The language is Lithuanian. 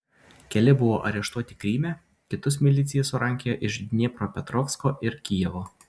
keli buvo areštuoti kryme kitus milicija surankiojo iš dniepropetrovsko ir kijevo